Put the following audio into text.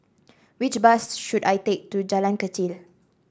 which bus should I take to Jalan Kechil